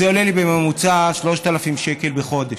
זה עולה לי בממוצע 3,000 שקל בחודש.